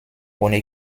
ohne